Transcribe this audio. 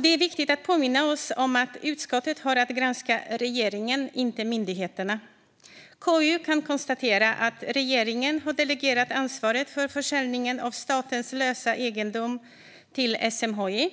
Det är viktigt att påminna oss om att utskottet har att granska regeringen, inte myndigheterna. KU kan konstatera att regeringen har delegerat ansvaret för försäljningen av statens lösa egendom till SMHI.